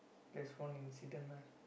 that's one incident ah